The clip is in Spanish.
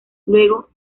luego